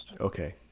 okay